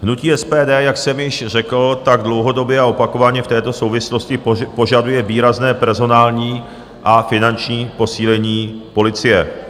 Hnutí SPD, jak jsem již řekl, dlouhodobě a opakovaně v této souvislosti požaduje výrazné personální a finanční posílení policie.